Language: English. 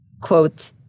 quote